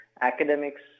academics